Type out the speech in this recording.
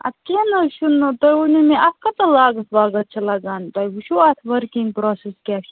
اَدٕ کیٚنٛہہ نہٕ حظ چھُنہٕ تُہۍ ؤنِو مےٚ اتھ کٲژاہ لاگتھ واگتھ چھےٚ لَگان تۄہہِ وُچھوٕ اتھ ؤرکِنگ پرٛوسیٚس کیٛاہ چھُ